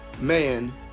man